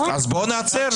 אז בואו ניעצר.